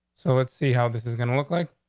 so let's see how this is gonna look like,